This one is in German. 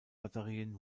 batterien